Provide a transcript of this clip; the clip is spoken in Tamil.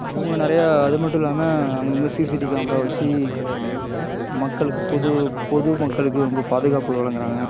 அவங்க நிறையா அது மட்டும் இல்லாமல் அங்கங்கே சிசிடி கேமராவை வச்சு மக்களுக்குக் பொது பொதுமக்களுக்கு ரொம்ப பாதுகாப்பு வழங்குறாங்க